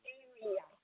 area